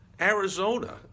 arizona